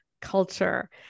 culture